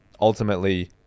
ultimately